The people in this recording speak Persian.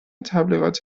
تبلیغات